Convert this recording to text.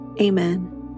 Amen